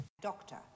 Doctor